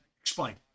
Explain